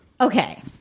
Okay